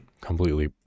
completely